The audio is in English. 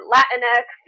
Latinx